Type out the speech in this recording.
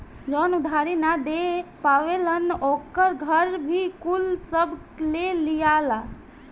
जवन उधारी ना दे पावेलन ओकर घर भी कुल सब ले लियाला